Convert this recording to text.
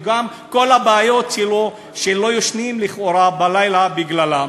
וגם הבעיות שלא ישנים לכאורה בלילה בגללן,